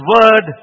word